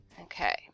Okay